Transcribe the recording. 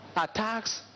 Attacks